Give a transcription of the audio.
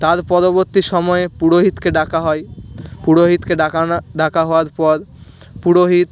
তার পরবর্তী সময়ে পুরোহিতকে ডাকা হয় পুরোহিতকে ডাকা না ডাকা হওয়ার পর পুরোহিত